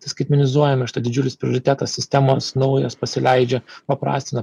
tai skaitmenizuojam didžiulis prioritetas sistemos naujos pasileidžia paprastina